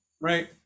Right